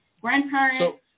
grandparents